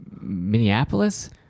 Minneapolis